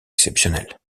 exceptionnelle